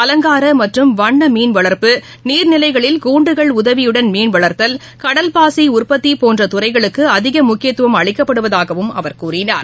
அலங்காரமற்றும் வண்ணமீன்வளர்ப்பு நீர்நிலைகளில் கூண்டுகள் உதவியுடன் மீன் வளர்த்தல் கடல் பாசிஉற்பத்திபோன்றதுறைகளுக்குஅதிகமுக்கியத்துவம் அளிக்கப்படுவதாகவும் அவர் கூறினார்